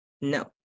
No